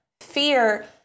fear